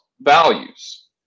values